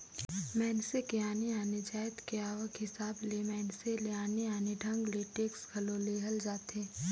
मइनसे के आने आने जाएत के आवक हिसाब ले मइनसे ले आने आने ढंग ले टेक्स घलो लेहल जाथे